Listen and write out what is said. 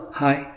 hi